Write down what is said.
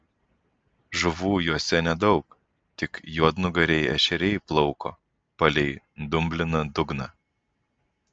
žuvų juose nedaug tik juodnugariai ešeriai plauko palei dumbliną dugną